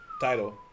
Title